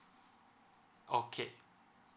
okay